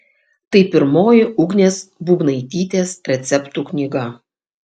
tai pirmoji ugnės būbnaitytės receptų knyga